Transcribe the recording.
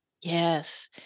Yes